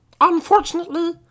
unfortunately